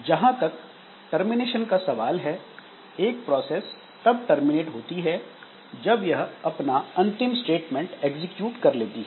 जहां तक टर्मिनेशन का सवाल है एक प्रोसेस तब टर्मिनेट होती है जब यह अपना अंतिम स्टेटमेंट एग्जीक्यूट कर लेती है